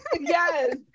Yes